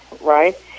right